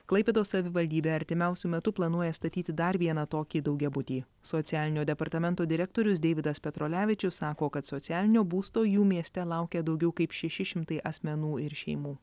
klaipėdos savivaldybė artimiausiu metu planuoja statyti dar vieną tokį daugiabutį socialinio departamento direktorius deividas petrolevičius sako kad socialinio būsto jų mieste laukia daugiau kaip šeši šimtai asmenų ir šeimų